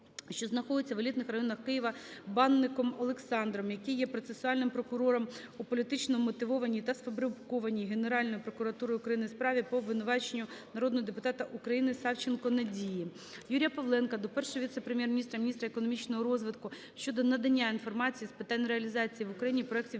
що знаходяться в елітних районах Києва, Банником Олександром Сергійовичем, який є процесуальним прокурором у політично вмотивованій та сфабрикованій Генеральною прокуратурою України справі по обвинуваченню народного депутата України Савченко Надії Вікторівні. Юрія Павленка до Першого віце-прем'єр-міністра - міністра економічного розвитку щодо надання інформації з питань реалізації в Україні проектів